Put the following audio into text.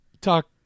Talk